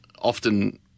often